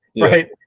Right